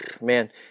man